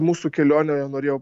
mūsų kelionę norėjau